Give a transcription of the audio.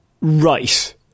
Right